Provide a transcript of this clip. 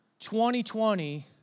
2020